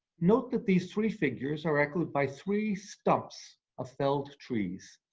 note that these three figures are echoed by three stumps of felled trees,